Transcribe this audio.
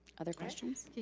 other questions?